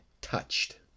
touched